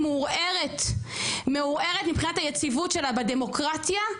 מעורערת מבחינת היציבות שלה בדמוקרטיה,